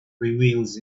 reveals